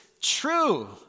true